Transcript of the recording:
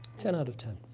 ten out of ten.